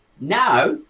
Now